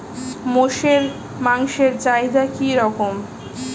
মোষের মাংসের চাহিদা কি রকম?